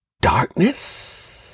darkness